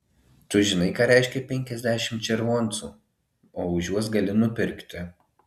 tu žinai ką reiškia penkiasdešimt červoncų o už juos gali nupirkti